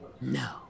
No